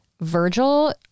Virgil